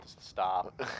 stop